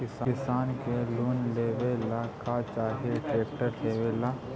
किसान के लोन लेबे ला का चाही ट्रैक्टर लेबे ला?